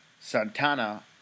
Santana